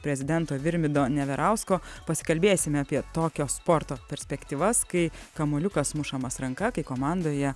prezidento virmido neverausko pasikalbėsime apie tokio sporto perspektyvas kai kamuoliukas mušamas ranka kai komandoje